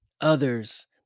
others